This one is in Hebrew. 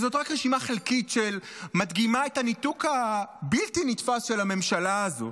וזאת רק רשימה חלקית שמדגימה את הניתוק הבלתי-נתפס של הממשלה הזאת,